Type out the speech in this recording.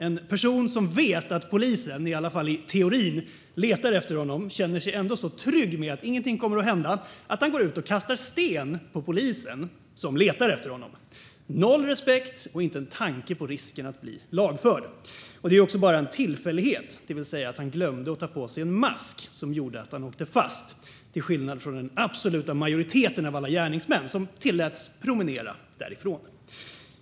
En person som vet att polisen, i alla fall i teorin, letar efter honom känner sig ändå så trygg med att ingenting kommer att hända att han går ut och kastar sten på polisen som letar efter honom - noll respekt och inte en tanke på risken att bli lagförd. Det var också bara en tillfällighet, det vill säga att han glömde att ta på sig en mask, som gjorde att han åkte fast till skillnad från den absoluta majoriteten av alla gärningsmän som tilläts promenera därifrån.